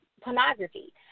pornography